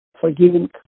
forgiving